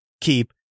keep